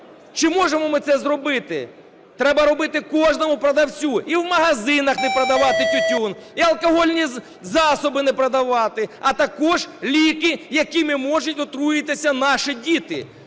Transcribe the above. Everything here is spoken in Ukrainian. чи можемо ми це зробити? Треба робити кожному продавцю, і в магазинах не продавати тютюн, і алкогольні засоби не продавати, а також ліки, якими можуть отруїтися наші діти,